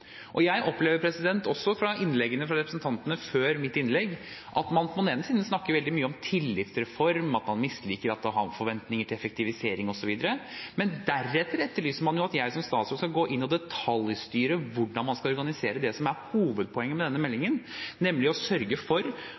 Jeg opplever også i innleggene fra representantene før mitt innlegg at man på den ene siden snakker veldig mye om tillitsreform, at man misliker at man har forventninger til effektivisering osv., men deretter etterlyser man jo at jeg som statsråd skal gå inn og detaljstyre hvordan man skal organisere det som er hovedpoenget med denne meldingen, nemlig å sørge for